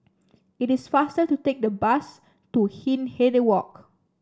it is faster to take the bus to Hindhede Walk